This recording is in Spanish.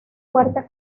fuerte